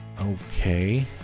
okay